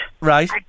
Right